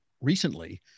recently